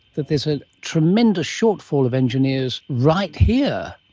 that there is a tremendous shortfall of engineers right here.